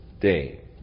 day